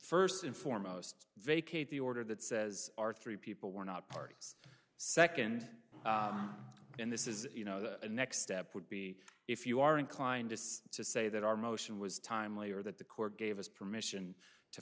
first and foremost vacate the order that says our three people were not parties second and this is you know the next step would be if you are inclined to say that our motion was timely or that the court gave us permission to